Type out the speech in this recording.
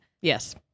yes